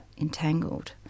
entangled